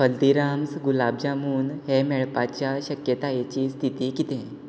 हल्दिराम्स गुलाब जामून हें मेळपाच्या शक्यतायेची स्थिती कितें